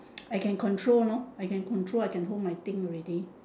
I can control you know I can control I can hold my thing already